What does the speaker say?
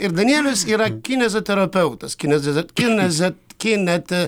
ir danielius yra kineziterapeutas kineze kinezet kinet